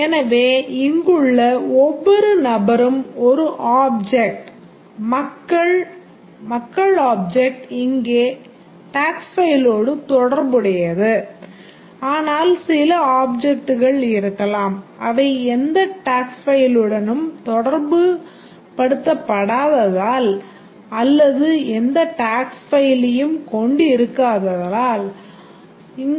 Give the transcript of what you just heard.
எனவே இங்குள்ள ஒவ்வொரு நபரும் ஒரு object